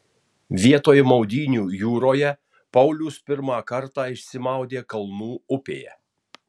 vietoj maudynių jūroje paulius pirmą kartą išsimaudė kalnų upėje